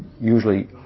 usually